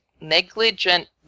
negligent